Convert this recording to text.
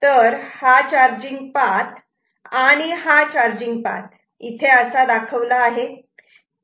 तर हा charging path आणि हा चार्जिंग पाथ असा आहे